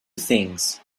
things